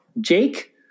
Jake